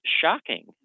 shocking